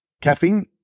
caffeine